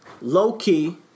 Low-key